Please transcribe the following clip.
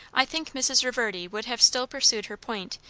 i think mrs. reverdy would have still pursued her point,